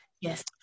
Yes